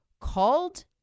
Called